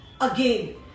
again